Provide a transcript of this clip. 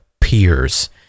peers